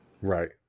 Right